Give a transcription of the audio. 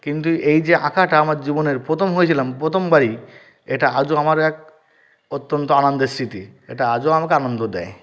কিন্তু এই যে আঁকাটা আমার জীবনের প্রথম হয়েছিলাম প্রথম বারেই এটা আজও আমাদের এক অত্যন্ত আনন্দের স্মৃতি এটা আজও আমাকে আনন্দ দেয়